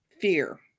fear